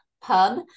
Pub